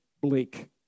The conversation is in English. bleak